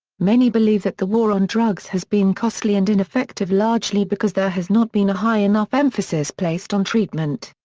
many believe that the war on drugs has been costly and ineffective largely because there has not been a high enough emphasis placed on treatment.